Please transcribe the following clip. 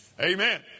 Amen